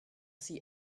see